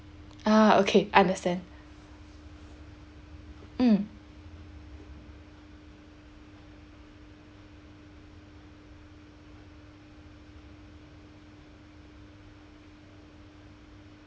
ah okay understand mm